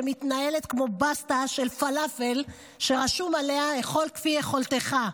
שמתנהלת כמו בסטה של פלאפל שרשום עליה אכול כפי יכולתך.